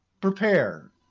prepare